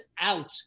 out